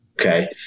Okay